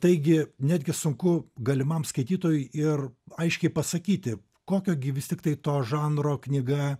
taigi netgi sunku galimam skaitytojui ir aiškiai pasakyti kokio gi vis tiktai to žanro knyga